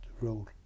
role